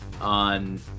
on